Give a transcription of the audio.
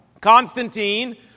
Constantine